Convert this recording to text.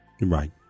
Right